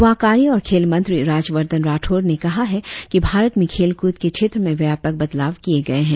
यूवा कार्य और खेल मंत्री राज्यवर्धन राठौड़ ने कहा है कि भारत में खेल क्रद के क्षेत्र में व्यापक बदलाव किए गए हैं